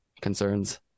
concerns